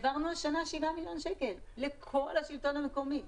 העברנו השנה 7 מיליון שקל לכל השלטון המקומי.